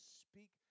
speak